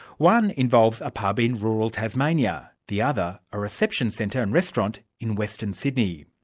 one involves a pub in rural tasmania, the other a reception centre and restaurant in western sydney.